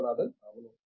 విశ్వనాథన్ అవును